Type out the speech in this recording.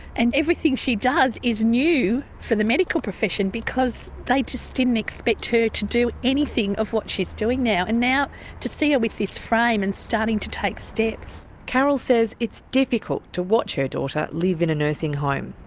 and everything she does is new for the medical profession because they just didn't expect her to do anything of what she's doing now. and now to see her with this frame and starting to take steps, rachel carbonell carol says it's difficult to watch her daughter live in a nursing home.